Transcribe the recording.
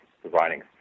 providing